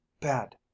bad